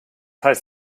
heißt